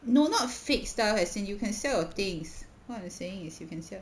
fake stuff as in you can sell your things what I'm saying is you can sell